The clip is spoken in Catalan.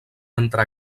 entre